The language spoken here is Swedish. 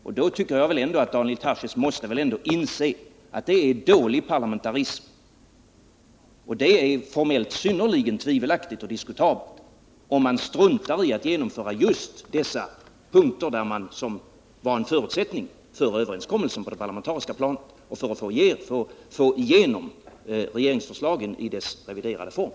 Jag tycker att Daniel Tarschys ändå måste inse att det är dålig parlamentarism. Det är formellt synnerligen tvivelaktigt och diskutabelt att strunta i att genomföra just de punkter som var en förutsättning för en överenskommelse på det parlamentariska planet i syfte att få igenom regeringsförslaget i dess reviderade form.